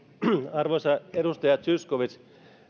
arvoisa edustaja zyskowicz